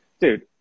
dude